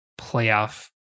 playoff